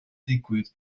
digwydd